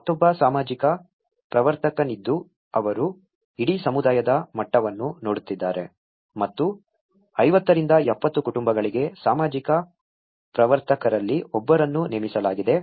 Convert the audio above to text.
ಮತ್ತೊಬ್ಬ ಸಾಮಾಜಿಕ ಪ್ರವರ್ತಕನಿದ್ದು ಅವರು ಇಡೀ ಸಮುದಾಯದ ಮಟ್ಟವನ್ನು ನೋಡುತ್ತಿದ್ದಾರೆ ಮತ್ತು 50 ರಿಂದ 70 ಕುಟುಂಬಗಳಿಗೆ ಸಾಮಾಜಿಕ ಪ್ರವರ್ತಕರಲ್ಲಿ ಒಬ್ಬರನ್ನು ನೇಮಿಸಲಾಗಿದೆ